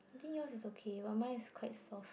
I think yours' is okay but mine is quite soft